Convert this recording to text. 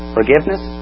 Forgiveness